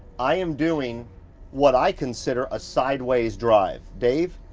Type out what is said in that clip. i am doing what i consider a sideways drive. dave,